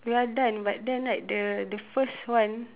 we are done but then like the the first one